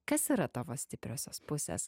kas yra tavo stipriosios pusės